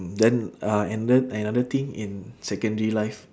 mm then uh and then another thing in secondary life